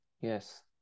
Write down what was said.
Yes